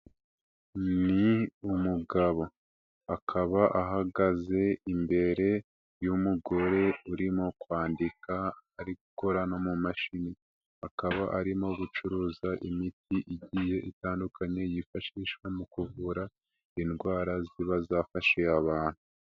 Ni umugabo, akaba ahagaze imbere y'umugore urimo kwandika, ari gukora no mu mashini, akaba arimo gucuruza imiti igihe itandukanye, yifashishwa mu kuvura indwara ziba zafasha abantu.